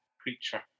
creature